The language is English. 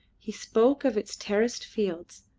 he spoke of its terraced fields,